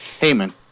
Heyman